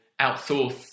outsource